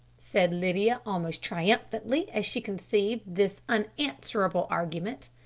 said lydia almost triumphantly, as she conceived this unanswerable argument.